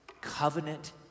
Covenant